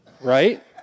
Right